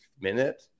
minute